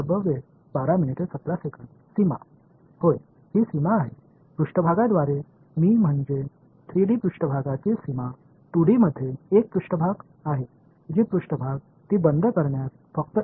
இது எல்லை ஆமாம் மேற்பரப்பில் நான் 3D மேற்பரப்பில் எல்லை என்பது 2D இல் ஒரு மேற்பரப்பு என்பது மேற்பரப்பு அதை சரியாக மூடுவதற்கான வரியாக இருக்கும்